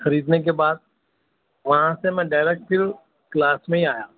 خریدنے کے بعد وہاں سے میں ڈائرکٹ پھر کلاس میں ہی آیا